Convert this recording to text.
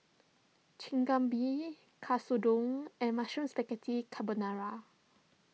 Chigenabe Katsudon and Mushroom Spaghetti Carbonara